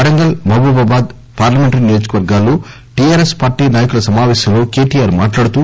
Warangal Mahabubabad parliamentary నియోజకవర్గాల్లో TRS party నాయకుల సమాపేశంలో కెటిఆర్ మాట్లాడుతూ